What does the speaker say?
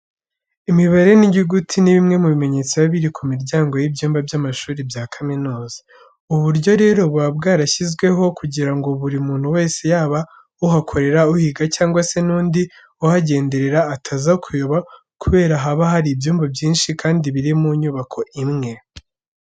Imibare n'inyuguti ni bimwe mu bimenyetso biba biri ku miryango y'ibyumba by'amashuri bya kaminuza. Ubu buryo rero, buba bwarashyizweho kugira ngo buri muntu wese yaba uhakorera, uhiga cyangwa se n'undi uhagenderera ataza kuyoba kubera haba hari ibyumba byinshi, kandi biri mu nyubako imwe.